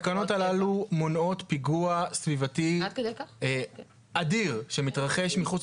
התקנות הללו מונעות פיגוע סביבתי אדיר שמתרחש מחוץ